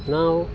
ನಾವು